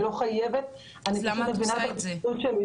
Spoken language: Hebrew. אני לא חייבת --- אז למה את עושה את זה?